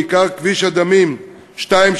בעיקר כביש הדמים 232,